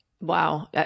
Wow